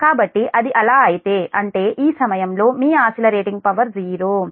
కాబట్టి అది అలా అయితే అంటే ఈ సమయంలో మీ ఆసిల రేటింగ్ పవర్ 0